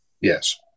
Yes